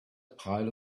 pile